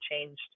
changed